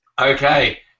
Okay